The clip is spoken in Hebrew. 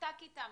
מאותה כיתה,